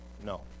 No